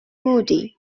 moody